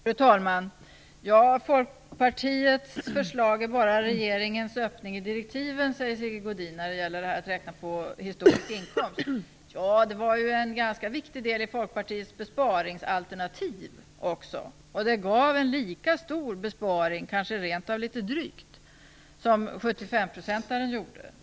Fru talman! Folkpartiets förslag är bara regeringens öppning i direktiven, säger Sigge Godin när det gäller att räkna på historisk inkomst. Det var en ganska viktig del i Folkpartiets besparingsalternativ. Det gav en lika stor besparing, kanske rent av större, som förslaget på 75 % gjorde.